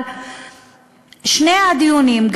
שני הדיונים,